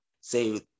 Say